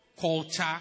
Culture